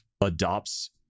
adopts